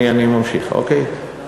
אני ממשיך, אוקיי?